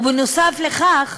ונוסף על כך,